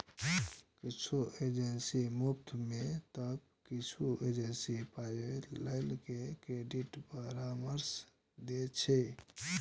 किछु एजेंसी मुफ्त मे तं किछु एजेंसी पाइ लए के क्रेडिट परामर्श दै छै